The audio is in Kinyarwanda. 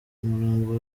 umurambo